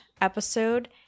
episode